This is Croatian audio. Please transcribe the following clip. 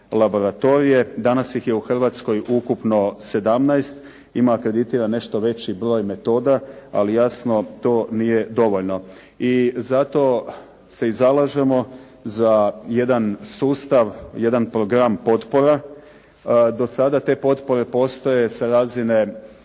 laboratorije. Danas ih je u Hrvatskoj ukupno 17, ima akreditiran nešto veći broj metoda, ali jasno to nije dovoljno. I zato se i zalažemo za jedan sustav, jedan program potpora. Do sada te potpore postoje sa razine,